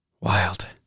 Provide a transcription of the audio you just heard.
Wild